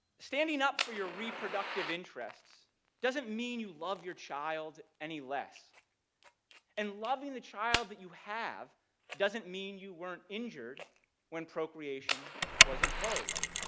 standing up for your reproductive interests doesn't mean you love your child any less and loving the child that you have doesn't mean you weren't injured when procreation was imposed.